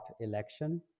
election